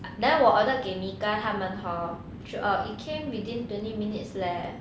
then 我 ordered 给 mika 他们 hor it came within twenty minutes leh